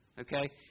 okay